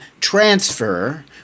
transfer